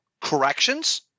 corrections